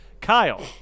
Kyle